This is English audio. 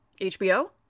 HBO